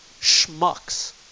schmucks